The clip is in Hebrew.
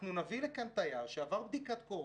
אנחנו נביא לכאן תייר שעבר בדיקת קורונה,